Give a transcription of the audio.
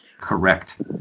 Correct